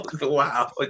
wow